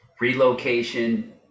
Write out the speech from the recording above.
relocation